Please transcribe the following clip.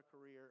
career